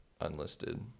unlisted